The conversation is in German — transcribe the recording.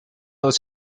aus